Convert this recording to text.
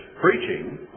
preaching